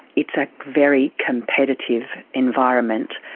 it's a very competitive environment.